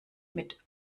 mit